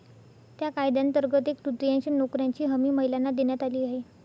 या कायद्यांतर्गत एक तृतीयांश नोकऱ्यांची हमी महिलांना देण्यात आली आहे